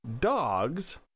dogs